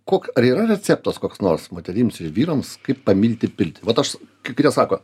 kok ar yra receptas koks nors moterims ir vyrams kaip pamilti piltį vat aš kai kurie sako